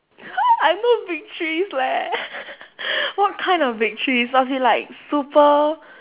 I no victories leh what kind of victories must be like super